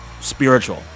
spiritual